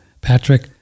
Patrick